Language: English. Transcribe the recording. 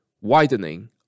widening